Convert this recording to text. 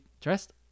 Dressed